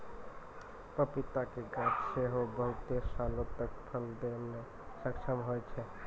पपीता के गाछ सेहो बहुते सालो तक फल दै मे सक्षम होय छै